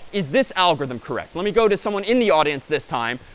is this algorithm correct? let me go to someone in the audience this time.